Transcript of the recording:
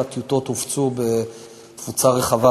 כל הטיוטות הופצו בתפוצה רחבה,